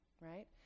right